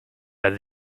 that